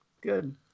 Good